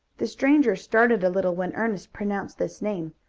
the stranger started a little when ernest pronounced this name,